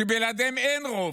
שבלעדיהם אין רוב,